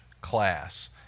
class